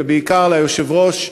ובעיקר ליושב-ראש,